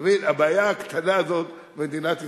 אתה מבין, הבעיה הקטנה הזאת, מדינת ישראל.